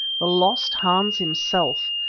the lost hans himself,